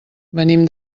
venim